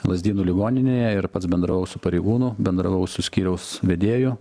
lazdynų ligoninėje ir pats bendravau su pareigūnu bendravau su skyriaus vedėju